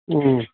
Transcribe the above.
ꯎꯝ ꯎꯝ